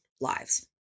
lives